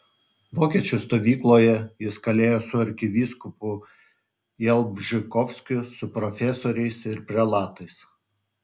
vokiečių stovykloje jis kalėjo su arkivyskupu jalbžykovskiu su profesoriais ir prelatais